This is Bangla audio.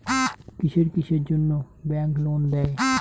কিসের কিসের জন্যে ব্যাংক লোন দেয়?